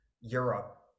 Europe